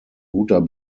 guter